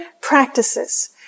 practices